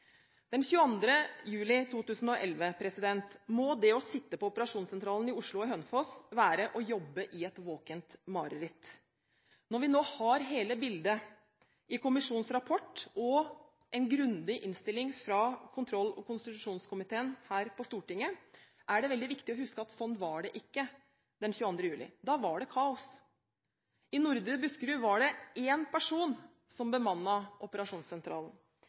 juli 2011 må det å sitte på operasjonssentralen i Oslo og Hønefoss ha vært å jobbe i et våkent mareritt. Når vi nå har hele bildet, i kommisjonens rapport og en grundig innstilling fra kontroll- og konstitusjonskomiteen her på Stortinget, er det veldig viktig å huske at slik var det ikke den 22. juli. Da var det kaos. I Nordre Buskerud var det én person som bemannet operasjonssentralen.